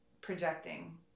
projecting